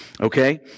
Okay